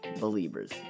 Believers